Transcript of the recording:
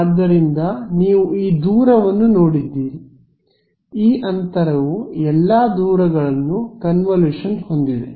ಆದ್ದರಿಂದ ನೀವು ಈ ದೂರವನ್ನು ನೋಡಿದ್ದೀರಿ ಈ ಅಂತರವು ಈ ಎಲ್ಲ ದೂರಗಳನ್ನು ಕನ್ವಿಲೇಶನ್ನಲ್ಲಿ ಹೊಂದಿದೆ